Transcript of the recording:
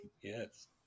Yes